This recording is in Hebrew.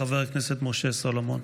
חבר הכנסת משה סולומון.